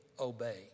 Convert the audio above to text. obey